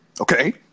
Okay